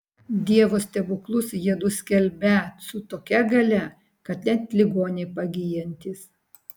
dievo stebuklus jiedu skelbią su tokia galia kad net ligoniai pagyjantys